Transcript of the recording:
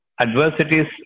adversities